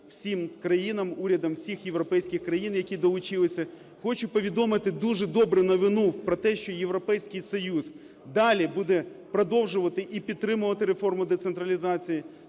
всім країнам, урядам всіх європейських країн, які долучилися. Хочу повідомити дуже добру новину про те, що Європейський Союз далі буде продовжувати і підтримувати реформу децентралізації.